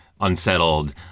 unsettled